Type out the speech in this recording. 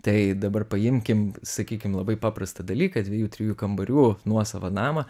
tai dabar paimkim sakykim labai paprastą dalyką dviejų trijų kambarių nuosavą namą